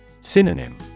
Synonym